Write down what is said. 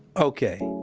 okay.